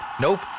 Nope